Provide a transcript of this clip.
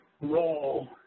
role